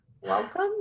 Welcome